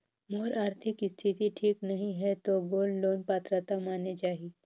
मोर आरथिक स्थिति ठीक नहीं है तो गोल्ड लोन पात्रता माने जाहि?